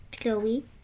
Chloe